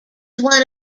one